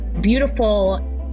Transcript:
beautiful